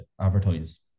advertise